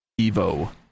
Evo